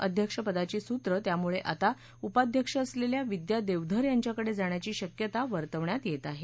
अध्यक्षपदाची सूतं त्यामुळे आता उपध्यक्ष असलेल्या विद्या देवधर यांच्याकडे जाण्याची शक्यता वर्तवण्यात येत आहे